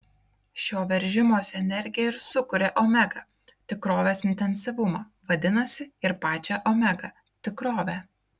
šio veržimosi energija ir sukuria omega tikrovės intensyvumą vadinasi ir pačią omega tikrovę